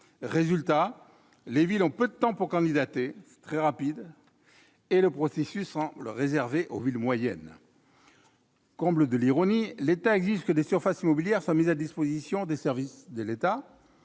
dernières n'ont que peu de temps pour candidater et le processus semble réservé aux villes moyennes. Comble de l'ironie, l'État exige que des surfaces immobilières soient mises à disposition de ses services au